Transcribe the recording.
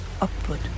upward